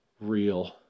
real